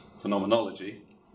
phenomenology